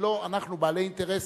שלא אנחנו, בעלי אינטרסים.